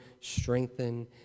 strengthen